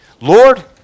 Lord